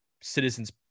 citizens